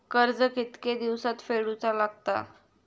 कर्ज कितके दिवसात फेडूचा लागता?